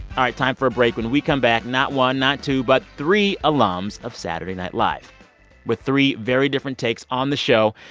all right, time for a break. when we come back, not one, not two but three alums of saturday night live with three very different takes on the show.